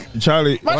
Charlie